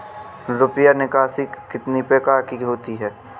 रुपया निकासी कितनी प्रकार की होती है?